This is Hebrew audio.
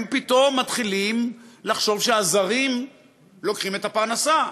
הם פתאום מתחילים לומר שהזרים לוקחים את הפרנסה,